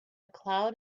cloud